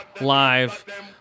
live